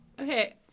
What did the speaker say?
Okay